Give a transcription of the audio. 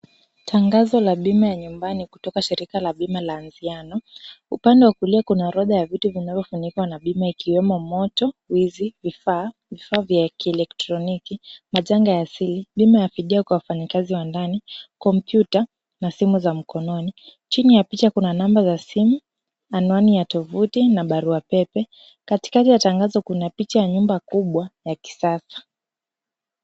Tangazo la bima ya nyumbani kutoka shirika la bima ya Anziano. Upande wa kulia kuna orodha ya vitu vinavyofunikwa na bima ikiwemo moto, wizi, vifaa, vifaa vya kielektroniki, majanga ya asili, bima ya fidia kwa wafanyikazi wa ndani, kompiuta na simu za mkononi. Chini ya picha kuna namba za simu, anwani ya tovuti na barua pepe. Katikati ya tangazo kuna picha ya nyumba kubwa ya kisasa.